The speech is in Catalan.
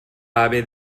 haver